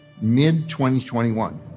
mid-2021